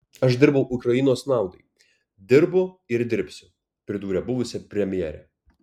aš dirbau ukrainos naudai dirbu ir dirbsiu pridūrė buvusi premjerė